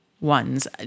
ones